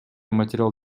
материал